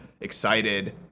Excited